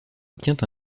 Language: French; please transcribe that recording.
obtient